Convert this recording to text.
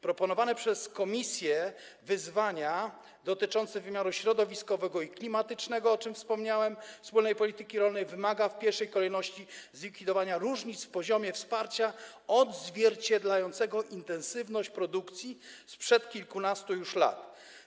Proponowane przez Komisję wyzwania dotyczące wymiaru środowiskowego i klimatycznego, o czym wspomniałem, wspólnej polityki rolnej, wymagają w pierwszej kolejności zlikwidowania różnic w poziomie wsparcia odzwierciedlającego intensywność produkcji sprzed kilkunastu już lat.